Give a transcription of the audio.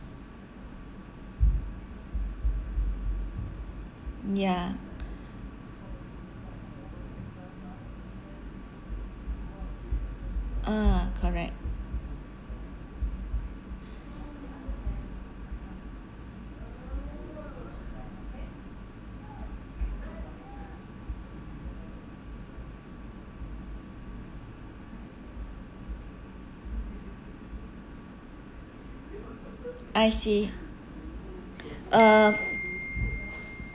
ya ah correct I see uh